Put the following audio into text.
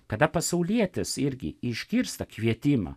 kada pasaulietis irgi išgirsta kvietimą